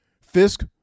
Fisk